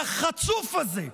והחצוף הזה,